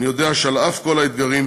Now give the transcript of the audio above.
ואני יודע שעל אף כל האתגרים,